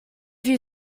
you